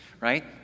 right